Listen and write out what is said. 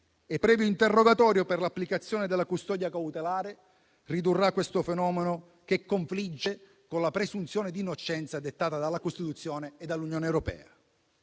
e previo interrogatorio per l'applicazione della custodia cautelare, ridurrà questo fenomeno che confligge con la presunzione di innocenza dettata dalla Costituzione e dall'Unione europea.